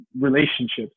relationships